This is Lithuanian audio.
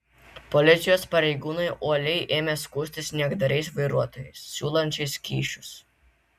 policijos pareigūnai uoliai ėmė skųstis niekdariais vairuotojais siūlančiais kyšius